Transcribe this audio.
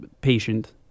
patient